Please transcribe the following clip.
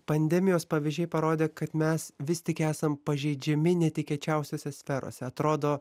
pandemijos pavyzdžiai parodė kad mes vis tik esam pažeidžiami netikėčiausiose sferose atrodo